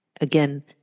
Again